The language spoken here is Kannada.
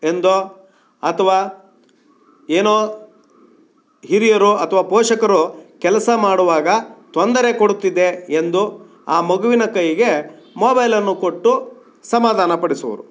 ಎಂದೋ ಅಥವಾ ಏನೋ ಹಿರಿಯರು ಅಥವಾ ಪೋಷಕರು ಕೆಲಸ ಮಾಡುವಾಗ ತೊಂದರೆ ಕೊಡುತ್ತಿದೆ ಎಂದು ಆ ಮಗುವಿನ ಕೈಗೆ ಮೊಬೈಲನ್ನು ಕೊಟ್ಟು ಸಮಾಧಾನ ಪಡಿಸುವರು